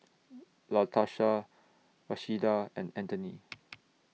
Latarsha Rashida and Anthony